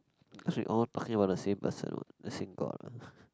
cause we all talking about the same person what the same god ah